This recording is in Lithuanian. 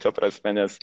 ta prasme nes